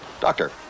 Doctor